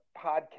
podcast